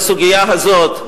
בסוגיה הזאת,